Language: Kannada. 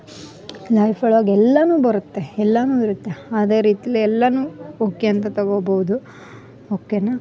ಹಂಗೆ ಲೈಫ್ ಒಳಗ ಎಲ್ಲಾನೂ ಬರುತ್ತೆ ಎಲ್ಲಾನು ಇರುತ್ತೆ ಅದೇ ರೀತೀಲೆ ಎಲ್ಲನೂ ಓಕೆ ಅಂತ ತಗೋಬೋದು ಓಕೆನಾ